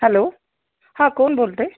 hello हां कोण बोलत आहे